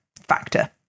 factor